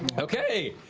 okay,